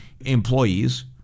employees